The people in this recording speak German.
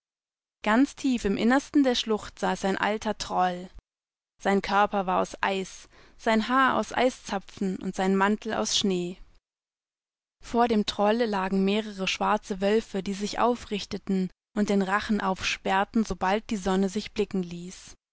ganz tief im innersten der schlucht saß ein alter troll sein körperwarauseis seinhaarauseiszapfenundseinmantelausschnee vor dem troll lagen mehrere schwarze wölfe die sich aufrichteten und den rachen aufsperrten sobald die sonne sich blicken ließ